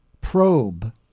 probe